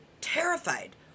terrified